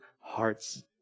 hearts